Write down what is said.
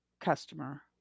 customer